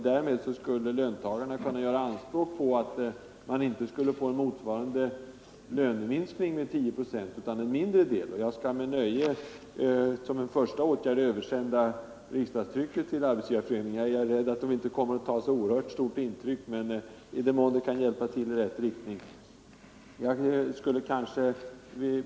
Därmed skulle löntagarna kunna göra anspråk på att slippa en motsvarande löneminskning med 10 procent, utan få en mindre reduktion. Jag skall som en första åtgärd med nöje översända riksdagstrycket till Arbetsgivareföreningen. Kanske kan det vara till någon hjälp i rätt riktning, även om jag är rädd för att man där inte kommer att ta särskilt starkt intryck.